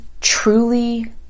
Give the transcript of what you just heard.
truly